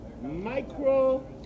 Micro